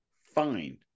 fine